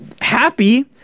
happy